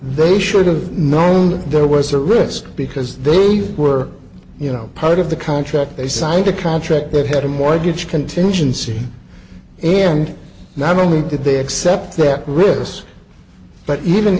they should've known that there was a risk because they were you know part of the contract they signed a contract that had a mortgage contingency and not only did they accept that risk but even